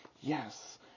yes